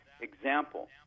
example